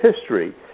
history